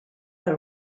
per